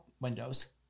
Windows